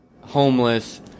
homeless